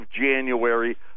January